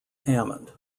hammond